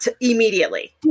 immediately